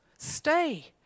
Stay